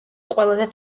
ყველაზე